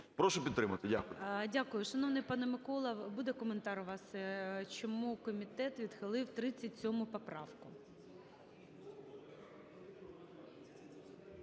Прошу підтримати. Дякую. ГОЛОВУЮЧИЙ. Дякую. Шановний пане Микола, буде коментар у вас, чому комітет відхилив 37 поправку?